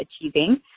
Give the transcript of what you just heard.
achieving